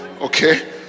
Okay